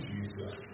Jesus